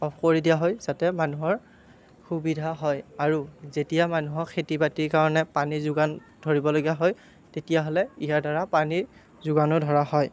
of কৰি দিয়া হয় যাতে মানুহৰ সুবিধা হয় আৰু যেতিয়া মানুহক খেতি বাতিৰ কাৰণে পানী যোগান ধৰিবলগীয়া হয় তেতিয়াহ'লে ইয়াৰ দ্বাৰা পানীৰ যোগানো ধৰা হয়